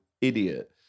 idiot